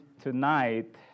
tonight